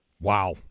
Wow